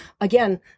again